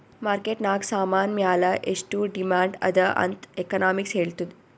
market ನಾಗ್ ಸಾಮಾನ್ ಮ್ಯಾಲ ಎಷ್ಟು ಡಿಮ್ಯಾಂಡ್ ಅದಾ ಅಂತ್ ಎಕನಾಮಿಕ್ಸ್ ಹೆಳ್ತುದ್